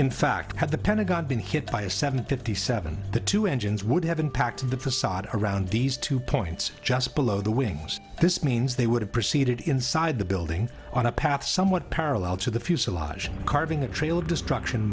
in fact had the pentagon been hit by a seven fifty seven the two engines would have impacted the facade around these two points just below the wings this means they would have proceeded inside the building on a path somewhat parallel to the fuselage carving a trail of destruction